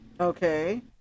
Okay